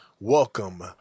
Welcome